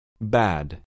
Bad